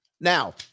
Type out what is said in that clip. Now